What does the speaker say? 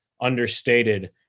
understated